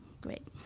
Great